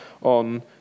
on